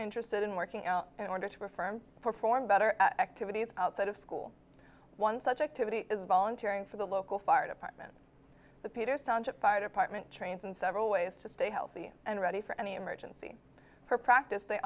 interested in working out in order to perform better activities outside of school one such activity is voluntary for the local fire department the peters township fire department trained in several ways to stay healthy and ready for any emergency her practice they